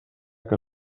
que